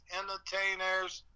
entertainers